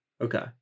Okay